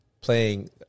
playing